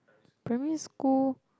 primary school